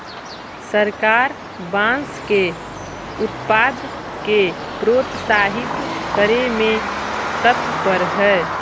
सरकार बाँस के उत्पाद के प्रोत्साहित करे में तत्पर हइ